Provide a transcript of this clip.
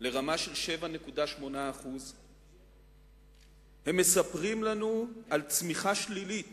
לרמה של 7.8%. הם מספרים לנו על צמיחה שלילית